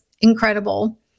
incredible